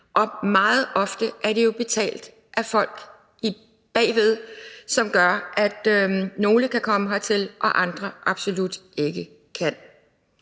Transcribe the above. og meget ofte er det jo betalt af folk bagved, hvilket gør, at nogle kan komme hertil, og at andre absolut ikke kan.